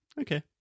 Okay